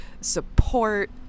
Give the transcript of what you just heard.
support